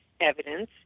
evidence